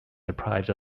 deprived